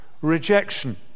rejection